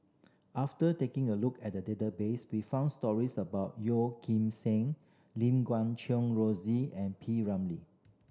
after taking a look at the database we found stories about Yeoh Ghim Seng Lim Guat Kheng Rosie and P Ramlee